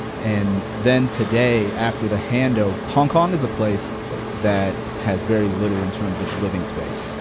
and then today, after the handover hong kong is a place that has very little in terms of living space.